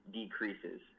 decreases